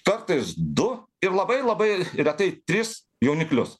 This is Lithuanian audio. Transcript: kartais du ir labai labai retai tris jauniklius